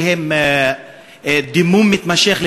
שהן דימום מתמשך,